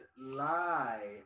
lie